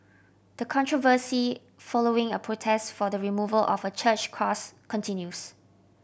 the controversy following a protest for the removal of a church cross continues